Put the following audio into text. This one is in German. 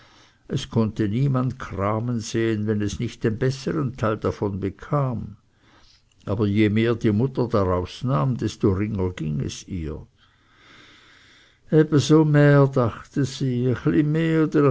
es konnte niemand kramen sehen wenn es nicht den bessern teil davon bekam aber je mehr die mutter daraus nahm desto ringer ging es ihr äbe so mähr dachte sie